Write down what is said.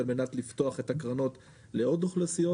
על מנת לפתוח את הקרנות לעוד אוכלוסיות